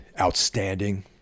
outstanding